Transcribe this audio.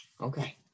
Okay